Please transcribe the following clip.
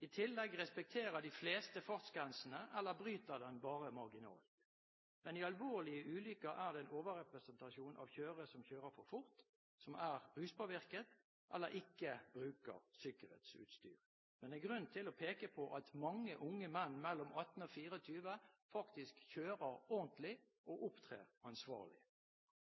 I tillegg respekterer de fleste fartsgrensene, eller bryter dem bare marginalt. I alvorlige ulykker er det en overrepresentasjon av førere som kjører for fort, som er ruspåvirket, eller som ikke bruker sikkerhetsutstyr, men det er grunn til å peke på at mange unge menn mellom 18 og 24 år faktisk kjører ordentlig og opptrer ansvarlig.